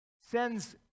sends